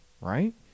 right